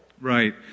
Right